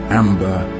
amber